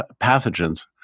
pathogens